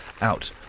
out